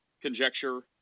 conjecture